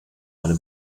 eine